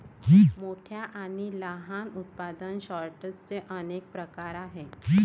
मोठ्या आणि लहान उत्पादन सॉर्टर्सचे अनेक प्रकार आहेत